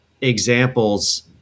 examples